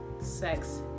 sex